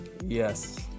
Yes